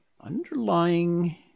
underlying